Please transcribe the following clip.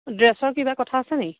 ড্ৰেছৰ কিবা কথা আছে নেকি